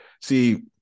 see